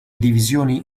divisioni